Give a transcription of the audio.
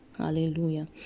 Hallelujah